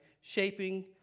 shaping